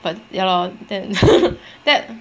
but ya lor then that